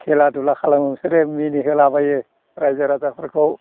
खेला दुला खालामो बिसोरो मिनिहोलाबायो रायजो राजाफोरखौ